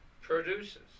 produces